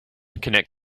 connect